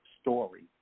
story